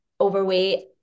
overweight